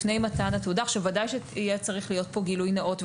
ודאי שיהיה צריך להיות גילוי נאות,